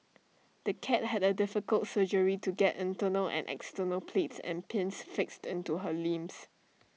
the cat had A difficult surgery to get internal and external plates and pins fixed into her limbs